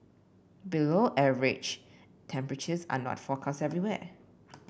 below average temperatures are not forecast everywhere